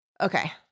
Okay